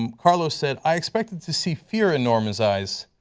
um carlos said, i expected to see fear in norman's eyes,